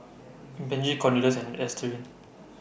Benji Cornelious and Ernestine